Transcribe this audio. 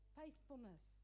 faithfulness